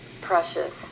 precious